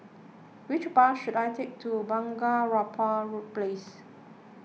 which bus should I take to Bunga Rampai Place